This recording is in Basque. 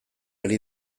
ari